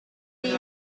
this